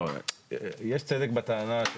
לא, יש צדק בטענה.